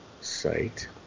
site